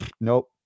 Nope